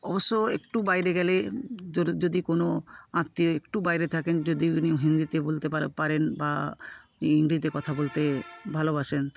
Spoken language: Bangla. অবশ্য একটু বাইরে গেলে যদি কোনো আত্মীয় একটু বাইরে থাকেন যদি উনি হিন্দিতে বলতে পারেন বা হিন্দিতে কথা বলতে ভালোবাসেন